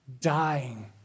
dying